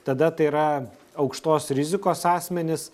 tada tai yra aukštos rizikos asmenys